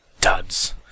Duds